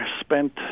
spent